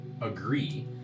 agree